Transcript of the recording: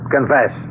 Confess